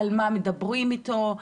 על מה מדברים איתו,